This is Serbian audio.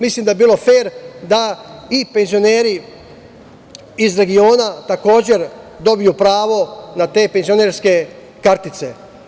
Mislim da bi bilo fer da i penzioneri iz regiona takođe dobiju pravo na te penzionerske kartice.